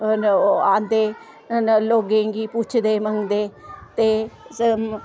आंदे लोकें गी पुच्छदे मंगदे ते